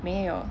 没有